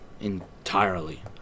entirely